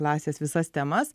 klasės visas temas